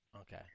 okay